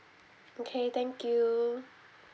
okay thank you